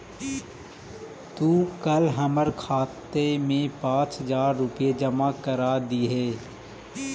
तू कल हमर खाते में पाँच हजार रुपए जमा करा दियह